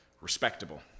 respectable